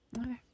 Okay